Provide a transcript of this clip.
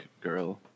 girl